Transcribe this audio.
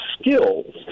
skills